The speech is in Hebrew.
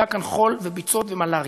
היה כאן חול וביצות ומלריה.